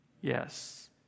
Yes